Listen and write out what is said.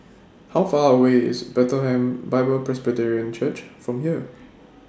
How Far away IS Bethlehem Bible Presbyterian Church from here